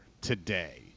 today